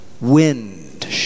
Wind